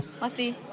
Lefty